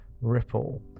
ripple